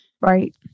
Right